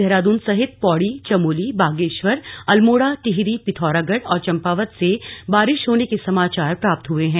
देहरादून सहित पौड़ी चमोली बागेश्वर अल्मोड़ा टिहरी पिथौरागढ़ और चम्पावत से बारिश होने के समाचार प्राप्त हुए हैं